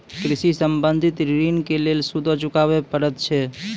कृषि संबंधी ॠण के लेल सूदो चुकावे पड़त छै?